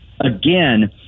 again